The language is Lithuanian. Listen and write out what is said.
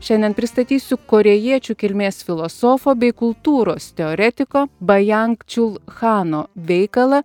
šiandien pristatysiu korėjiečių kilmės filosofo bei kultūros teoretiko bajang čiul hano veikalą